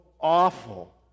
awful